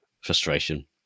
frustration